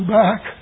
back